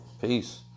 Peace